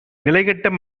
நிலைகெட்ட